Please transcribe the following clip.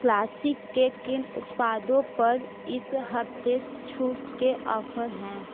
classic के किन उत्पादों पर इस हफ्ते छूट के ऑफर हैं